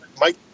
Mike